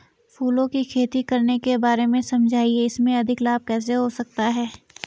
फूलों की खेती करने के बारे में समझाइये इसमें अधिक लाभ कैसे हो सकता है?